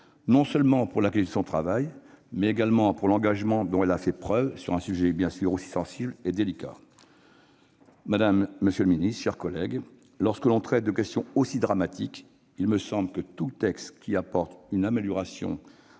non seulement pour la qualité de son travail, mais également pour l'engagement dont elle a fait preuve sur un sujet aussi sensible et délicat. Monsieur le garde des sceaux, madame la ministre, mes chers collègues, lorsque l'on traite de questions aussi dramatiques, il me semble que tout texte qui apporte une amélioration